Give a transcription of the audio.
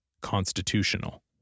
constitutional